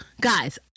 guys